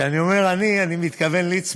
כשאני אומר "אני", אני מתכוון לליצמן,